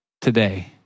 today